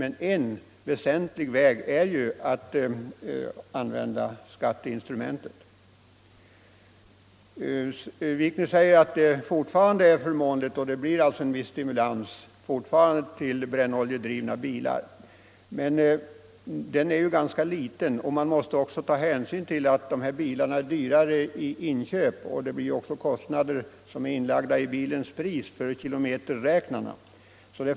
En väsentlig möjlighet är ju skatteinstrumentet. Herr Wikner säger att det fortfarande är förmånligt med brännoljedrivna bilar och att det alltså blir en viss stimulans. Men den stimulansen är ju ganska liten. Man måste också ta hänsyn till att dessa bilar är dyrare i inköp. Det blir även kostnader inlagda i bilens pris för kilometerräknarna.